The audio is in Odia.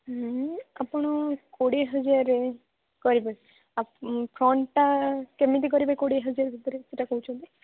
ଆପଣ କୋଡ଼ିଏ ହଜାରରେ କରିବେ କ'ଣଟା କେମିତି କରିବେ କୋଡ଼ିଏ ହଜାର ଭିତରେ ସେଇଟା କହୁଛନ୍ତି